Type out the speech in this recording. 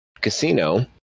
Casino